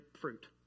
fruit